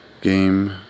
game